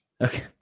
Okay